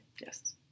Yes